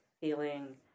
feeling